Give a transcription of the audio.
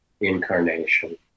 incarnation